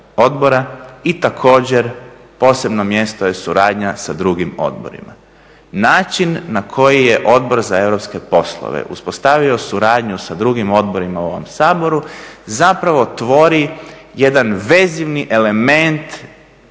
i također posebno mjesto je suradnja sa drugim odborima. Način na koji je Odbor za europske poslove uspostavio suradnju sa drugim odborima u ovom Saboru zapravo tvori jedan vezivni element